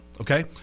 okay